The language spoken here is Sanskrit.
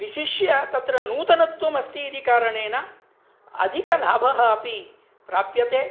विशिष्य तत्र नूतनत्वमस्ति इति कारणेन अधिकलाभः अपि प्राप्यते